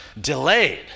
delayed